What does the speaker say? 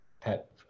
pet